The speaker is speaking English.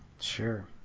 Sure